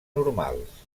normals